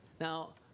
Now